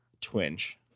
twinge